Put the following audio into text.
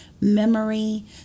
memory